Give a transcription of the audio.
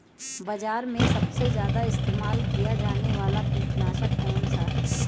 बाज़ार में सबसे ज़्यादा इस्तेमाल किया जाने वाला कीटनाशक कौनसा है?